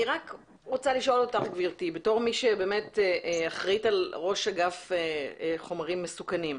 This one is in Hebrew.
אני רוצה לשאול אותך כראש אגף חומרים מסוכנים.